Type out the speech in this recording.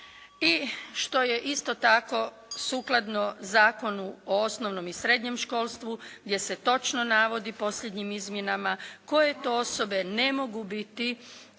I što je isto tako sukladno Zakonu o osnovnom i srednjem školstvu gdje se točno navodi u posljednjim izmjenama koje to osobe ne mogu biti